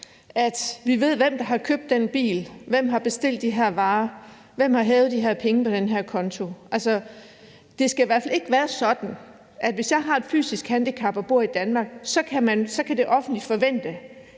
at vi ved, hvem der har købt den bil, hvem der har bestilt de her varer, og hvem der har hævet de her penge på den her konto. Det skal i hvert fald ikke være sådan, at hvis jeg har et fysisk handicap og bor i Danmark, kan det offentlige forvente,